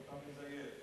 עכשיו אתה מזייף.